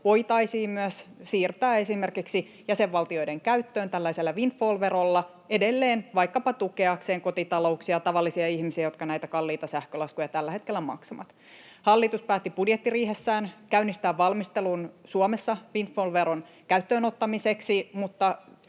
voitaisiin myös siirtää esimerkiksi jäsenvaltioiden käyttöön tällaisella windfall-verolla edelleen vaikkapa kotitalouksien, tavallisten ihmisten, tukemiseksi, jotka näitä kalliita sähkölaskuja tällä hetkellä maksavat. Hallitus päätti budjettiriihessään käynnistää valmistelun Suomessa windfall-veron käyttöönottamiseksi, mutta